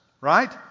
right